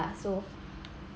so